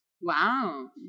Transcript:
Wow